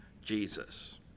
Jesus